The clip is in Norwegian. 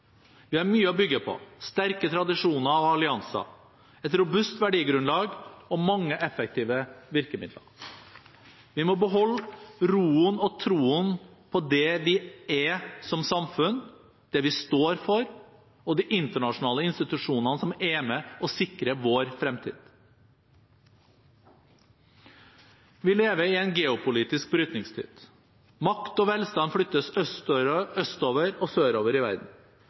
Vi har mye å bygge på – sterke tradisjoner og allianser, et robust verdigrunnlag og mange effektive virkemidler. Vi må beholde roen og troen på det vi er som samfunn, det vi står for, og de internasjonale institusjonene som er med og sikrer vår fremtid. Vi lever i en geopolitisk brytningstid. Makt og velstand flyttes østover og sørover i verden.